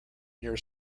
near